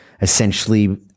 Essentially